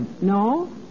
No